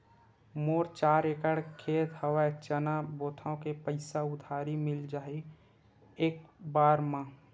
मोर चार एकड़ खेत हवे चना बोथव के पईसा उधारी मिल जाही एक बार मा?